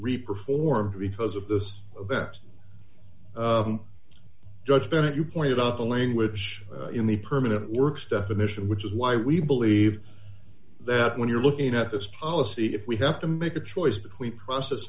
reaper form because of this best judge bennett you pointed out the language in the permanent works definition which is why we believe that when you're looking at this policy if we have to make a choice between process